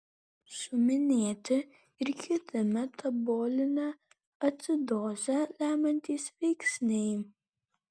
suminėti ir kiti metabolinę acidozę lemiantys veiksniai